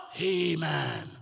amen